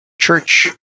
church